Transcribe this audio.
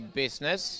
business